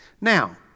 Now